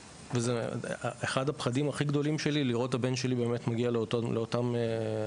אחד הפחדים הכי גדולים שלי זה לראות את הבן שלי מגיע לאותם דברים.